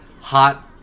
hot